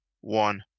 one